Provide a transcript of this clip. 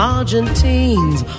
Argentines